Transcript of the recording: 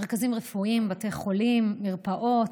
מרכזים רפואיים, בתי חולים, מרפאות,